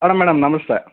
hello madam ನಮಸ್ತೆ